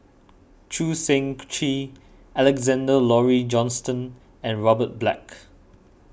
Choo Seng Quee Alexander Laurie Johnston and Robert Black